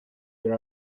your